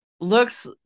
looks